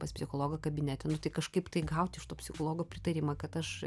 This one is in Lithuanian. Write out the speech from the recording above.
pas psichologą kabinete nu tai kažkaip tai gauti iš to psichologo pritarimą kad aš